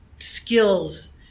Skills